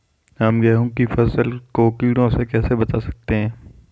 हम गेहूँ की फसल को कीड़ों से कैसे बचा सकते हैं?